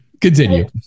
continue